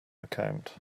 account